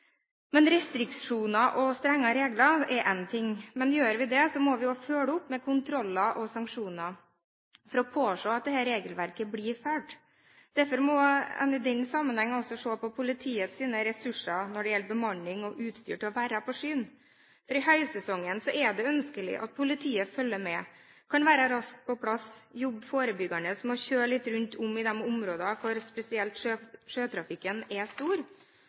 Restriksjoner og strengere regler er én ting, men da må vi også følge opp med kontroller og sanksjoner for å påse at dette regelverket blir fulgt. Derfor må en i den sammenheng også se på politiets ressurser når det gjelder bemanning og utstyr til å være på sjøen, for i høysesongen er det ønskelig at politiet følger med, at de kan være raskt på plass, at de jobber forebyggende med å kjøre litt rundt i de områdene hvor sjøtrafikken er stor.